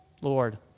Lord